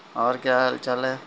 اور کیا حال چال ہے